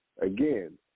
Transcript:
again